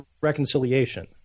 reconciliation